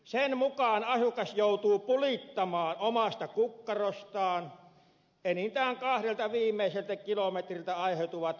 sen mukaan asukas joutuu pulittamaan omasta kukkarostaan enintään kahdelta viimeiseltä kilometriltä aiheutuvat kaapelinvetokustannukset